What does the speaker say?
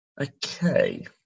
Okay